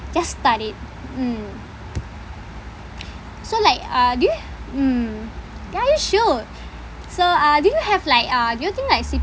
just start it mm so like uh do you mm ya you should so uh do you have like uh do you think like